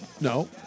No